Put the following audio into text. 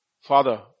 Father